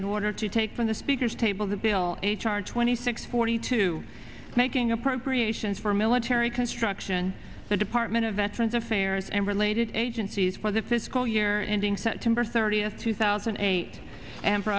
in order to take from the speaker's table the bill h r twenty six forty two making appropriations for military construction the department of veterans affairs and related agencies for the fiscal year ending september thirtieth two thousand and eight and for